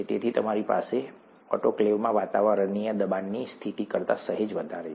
તેથી તમારી પાસે ઓટોક્લેવમાં વાતાવરણીય દબાણની સ્થિતિ કરતાં સહેજ વધારે છે